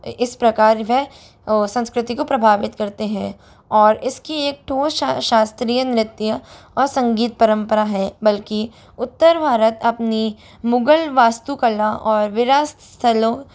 इस प्रकार वह संस्कृति को प्रभावित करते हैं और इसकी एक ठोस शास्त्रीय नृत्य और संगीत परम्परा है बल्कि उत्तर भारत अपनी मुग़ल वास्तुकला और विरासत स्थलों